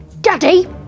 Daddy